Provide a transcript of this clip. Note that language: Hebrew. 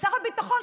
ושר הביטחון,